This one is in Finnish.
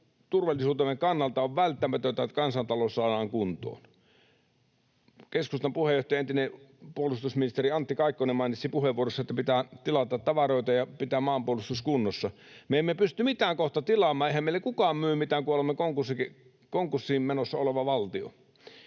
turvallisuutemme kannalta on välttämätöntä, että kansantalous saadaan kuntoon. Keskustan puheenjohtaja, entinen puolustusministeri Antti Kaikkonen mainitsi puheenvuorossaan, että pitää tilata tavaroita ja pitää maanpuolustus kunnossa. Me emme pysty mitään kohta tilaamaan, eihän meille kukaan myy mitään, kun olemme konkurssiin menossa oleva valtio.